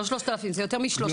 לא 3,000 זה יותר מ-3,000,